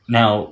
now